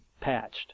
patched